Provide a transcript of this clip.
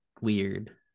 weird